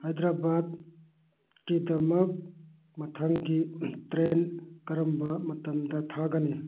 ꯍꯥꯏꯗ꯭ꯔꯕꯥꯠꯀꯤꯗꯃꯛ ꯃꯊꯪꯒꯤ ꯇ꯭ꯔꯦꯟ ꯀꯔꯝꯕ ꯃꯇꯝꯗ ꯊꯥꯒꯅꯤ